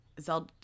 Zelda